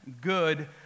good